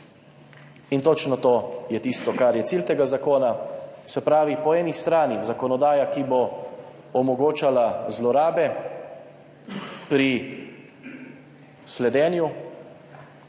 In točno to je tisto, kar je cilj tega zakona, se pravi, po eni strani zakonodaja, ki bo omogočala zlorabe pri sledenju,